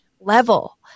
level